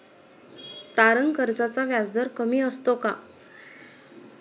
तारण कर्जाचा व्याजदर कमी असतो का?